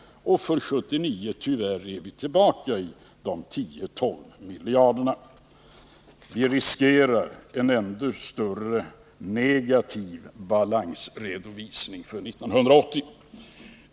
För 1979 är vi tyvärr tillbaka i ett underskott på 10-12 miljarder. Vi riskerar en ännu större negativ balansredovisning för 1980.